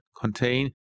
contain